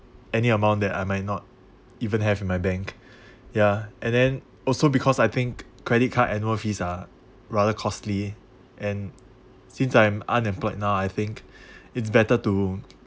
any amount that I might not even have in my bank ya and then also because I think credit card annual fees are rather costly and since I'm unemployed now I think it's better to